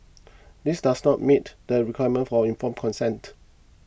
this does not meet the requirement for informed consent